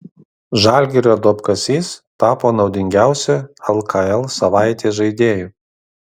žalgirio duobkasys tapo naudingiausiu lkl savaitės žaidėju